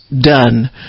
done